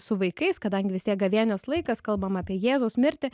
su vaikais kadangi vis tiek gavėnios laikas kalbam apie jėzaus mirtį